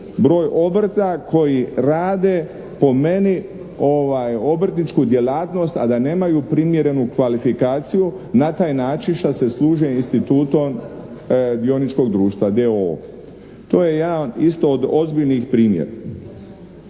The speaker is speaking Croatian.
broj obrta koji rade po meni obrtničku djelatnost a da nemaju primjerenu kvalifikaciju na taj način šta se služe institutom dioničkog društva d.o.o. To je jedan isto od ozbiljnih primjera.